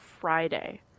Friday